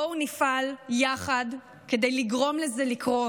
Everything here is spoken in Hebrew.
בואו נפעל יחד כדי לגרום לזה לקרות.